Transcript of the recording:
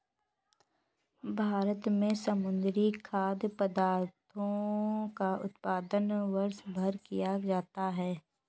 भारत में समुद्री खाद्य पदार्थों का उत्पादन वर्षभर किया जाता है